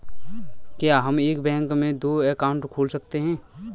क्या हम एक बैंक में दो अकाउंट खोल सकते हैं?